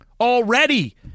already